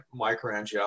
microangiopathy